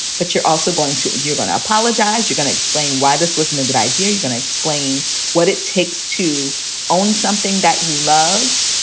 but you're also going to you're going to apologize. you're going to explain why this wasn't a good idea. you're going to explain what it takes to own something that you love,